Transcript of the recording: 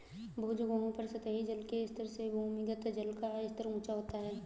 बहुत जगहों पर सतही जल के स्तर से भूमिगत जल का स्तर ऊँचा होता है